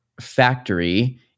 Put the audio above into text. factory